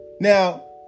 now